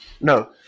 No